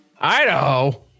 Idaho